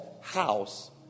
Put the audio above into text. house